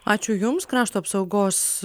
ačiū jums krašto apsaugos